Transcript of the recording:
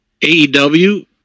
AEW